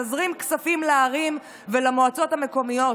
תזרים כספים לערים ולמועצות המקומיות,